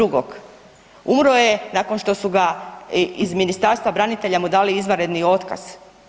Umro je nakon što su ga iz Ministarstva branitelja mu dali izvanredni otkaz.